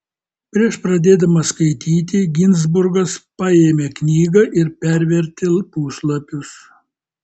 prieš pradėdamas skaityti ginzburgas paėmė knygą ir pervertė puslapius